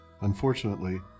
unfortunately